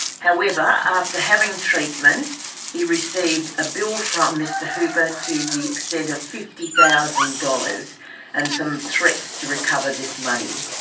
however, after having treatment he received a bill from mr hooper to the extent of fifty thousand dollars and some threats to recover this money.